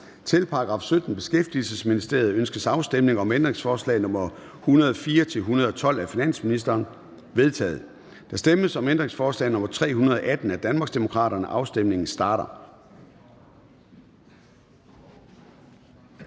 og Forskningsministeriet. Ønskes afstemning om ændringsforslag nr. 123-127 af finansministeren? De er vedtaget. Der stemmes om ændringsforslag nr. 321 af Danmarksdemokraterne. Afstemningen starter.